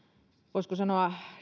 voisiko sanoa